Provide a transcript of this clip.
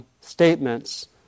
Statements